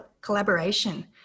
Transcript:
collaboration